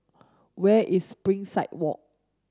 where is Springside Walk